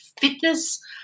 fitness